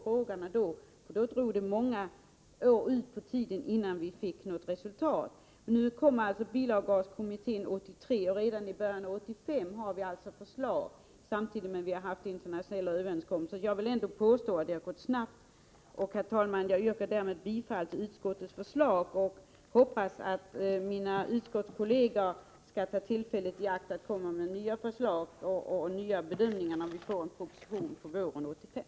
På det sättet drog det ut på tiden i många år, innan vi fick se något resultat. Bilavgaskommittén avlämnade sitt slutbetänkande 1983, och redan i början av 1985 läggs förslaget fram. Vi har även träffat internationella överenskommelser. Jag vill påstå att det har gått snabbt. Herr talman! Jag yrkar bifall till utskottets förslag, och jag hoppas att mina utskottskolleger skall ta tillfället i akt att komma med nya förslag och nya bedömningar när propositionen är färdig under våren 1985.